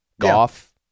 golf